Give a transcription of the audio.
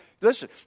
Listen